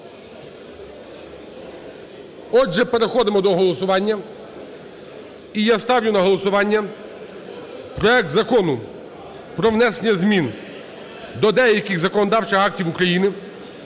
Отже, переходимо до голосування. І я ставлю на голосування проект Закону про внесення змін до деяких законодавчих актів України